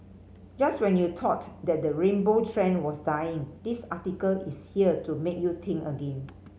just when you thought that the rainbow trend was dying this article is here to make you think again